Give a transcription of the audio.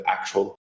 actual